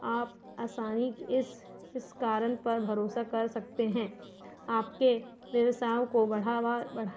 आप आसानी कि इस इस कारण पर भरोसा कर सकते हैं आपके व्यवसाओं को बढ़ावा बढ़ा